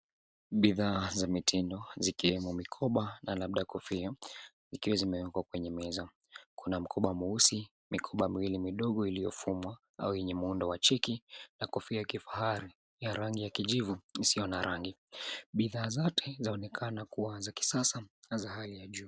Bidhaa za mitindo, zikiwemo mikoba na labda kofia, zikiwa zimewekwa kwenye meza. Kuna mkoba mweusi, mikoba miwili midogo iliyofumwa au yenye muundo wa cheki, na kofia ya kifahari ya rangi ya kijivu, isiyo na rangi. Bidhaa zote zaonekana kuwa za kisasa na za hali ya juu.